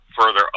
further